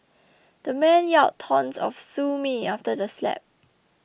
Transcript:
the man yelled taunts of sue me after the slap